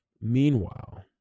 Meanwhile